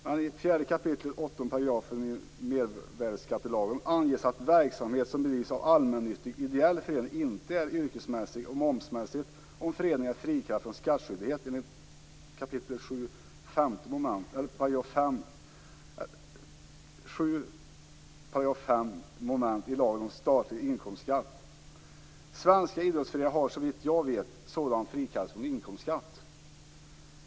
Men i 4 kap. 8 § i mervärdesskattelagen anges att verksamhet som bedrivs av allmännyttig ideell förening inte är yrkesmässig momsmässigt om föreningen är frikallad från skattskyldighet enligt 7 § 5 mom. i lagen om statlig inkomstskatt. Svenska idrottsföreningar har, såvitt jag vet, sådan frikallelse från inkomstskatt.